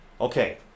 okay